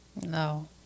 No